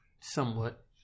Somewhat